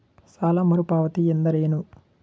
ಸಾಲ ಮರುಪಾವತಿ ಎಂದರೇನು?